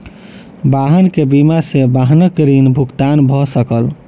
वाहन के बीमा सॅ वाहनक ऋण भुगतान भ सकल